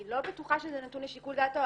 אני לא בטוחה שזה נתון לשיקול לדעתו.